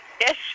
Yes